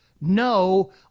NO